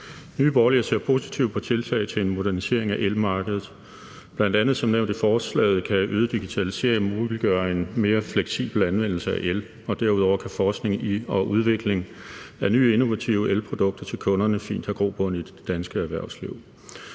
Nye Borgerlige ser positivt på tiltaget til en modernisering af elmarkedet. Bl.a. som nævnt i lovforslaget kan øget digitalisering muliggøre en mere fleksibel anvendelse af el, og derudover kan forskning i og udvikling af nye innovative elprodukter til kunderne fint have grobund i det danske erhvervsliv.